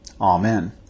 Amen